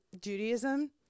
Judaism